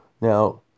Now